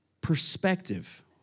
perspective